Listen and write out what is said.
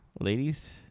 Ladies